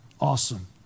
Awesome